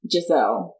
Giselle